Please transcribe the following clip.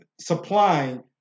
supplying